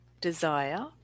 desire